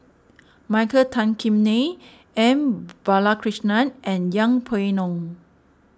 Michael Tan Kim Nei M Balakrishnan and Yeng Pway Ngon